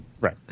Right